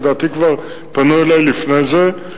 לדעתי כבר פנו אלי לפני זה,